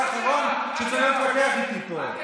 אתה האחרון שצריך להתווכח איתי פה.